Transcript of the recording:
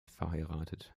verheiratet